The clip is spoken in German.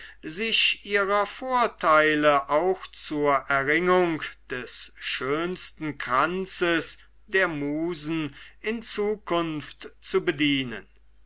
sich ihrer vorteile auch zur erringung des schönsten kranzes der musen in zukunft zu bedienen